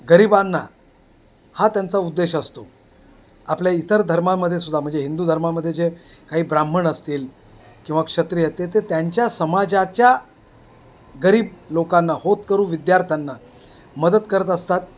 गरिबांना हा त्यांचा उद्देश असतो आपल्या इतर धर्मांमध्ये सुद्धा म्हणजे हिंदू धर्मामध्ये जे काही ब्राह्मण असतील किंवा क्षत्रीय ते ते त्यांच्या समाजाच्या गरीब लोकांना होतकरू विद्यार्थ्यांना मदत करत असतात